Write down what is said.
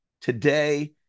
Today